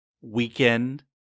Weekend